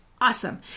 awesome